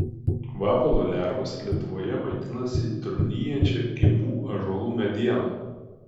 vabalo lervos lietuvoje maitinasi trūnijančia gyvų ąžuolų mediena